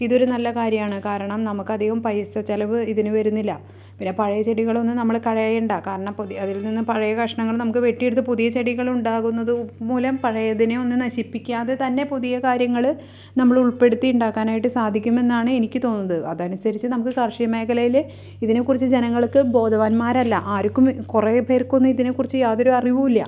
ഇതൊരു നല്ല കാര്യമാണ് കാരണം നമുക്കധികം പൈസ ചെലവ് ഇതിന് വരുന്നില്ല പിന്നെ പഴയ ചെടികളൊന്നും നമ്മൾ കളയണ്ട കാരണം പുതിയ അതിൽ നിന്നും പഴയ കഷ്ണങ്ങൾ നമുക്ക് വെട്ടിയെടുത്തു പുതിയ ചെടികളുണ്ടാകുന്നത് മൂലം പഴയതിനെയൊന്നും നശിപ്പിക്കാതെ തന്നെ പുതിയ കാര്യങ്ങൾ നമ്മളുൾപ്പെടുത്തി ഉണ്ടാക്കാനായിട്ട് സാധിക്കുമെന്നാണ് എനിക്ക് തോന്നുന്നത് അതനുസരിച്ച് നമുക്ക് കാർഷിക മേഖലയിൽ ഇതിനെ കുറിച്ച് ജനങ്ങൾക്ക് ബോധവാന്മാരല്ല ആർക്കും കുറേ പേർക്കൊന്നും ഇതിനെ കുറിച്ച് യാതൊരറിവും ഇല്ല